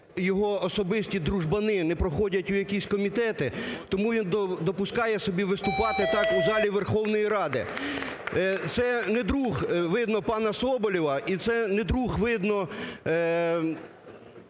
його особисті дружбани не проходять у якісь комітети, тому він допускає собі виступати так у залі Верховної Ради. Це не друг, видно, пана Соболєва і це не друг, видно,